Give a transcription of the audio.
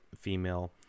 female